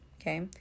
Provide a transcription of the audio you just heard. Okay